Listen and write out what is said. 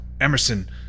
Emerson